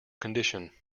condition